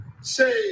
say